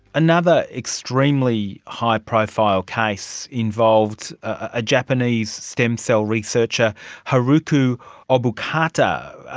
another extremely high profile case involved a japanese stem cell researcher haruko obokata.